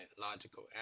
logical